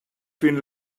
been